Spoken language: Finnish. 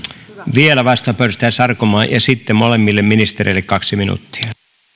vielä vastauspuheenvuoro edustaja sarkomaa ja sitten molemmille ministereille kaksi minuuttia